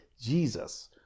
Jesus